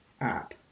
app